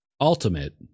ultimate